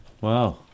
Wow